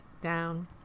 down